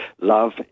love